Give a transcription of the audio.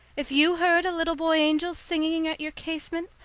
if you heard a little boy-angel singing at your casement,